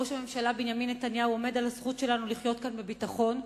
ראש הממשלה עומד על הזכות שלנו לחיות כאן בביטחון,